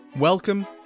Welcome